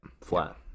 Flat